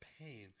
pain